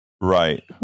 Right